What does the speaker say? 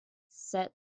set